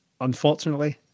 unfortunately